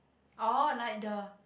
orh like the